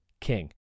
King